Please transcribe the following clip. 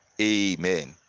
amen